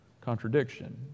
contradiction